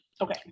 Okay